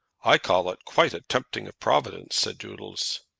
i call it quite a tempting of providence, said doodles.